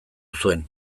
zuen